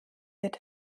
wird